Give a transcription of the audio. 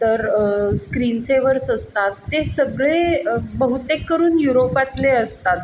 तर screen savers असतात ते सगळे बहुतेक करून युरोपातले असतात